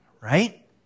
right